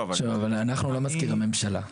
שוב, אבל אנחנו לא מזכיר הממשלה.